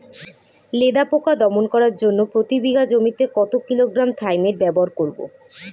লেদা পোকা দমন করার জন্য প্রতি বিঘা জমিতে কত কিলোগ্রাম থাইমেট ব্যবহার করব?